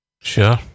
sure